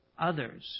others